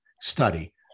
study